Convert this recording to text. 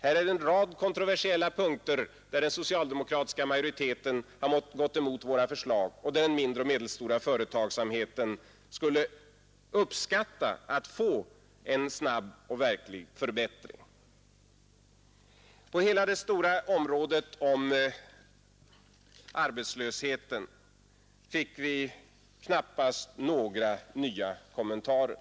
Här är en rad kontroversiella punkter, där den socialdemokratiska majoriteten har gått emot våra förslag och där den mindre och medelstora företagsamheten skulle uppskatta att få en snabb och reell förbättring. På hela det stora området om arbetslösheten fick vi knappast några nya kommentarer.